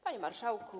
Panie Marszałku!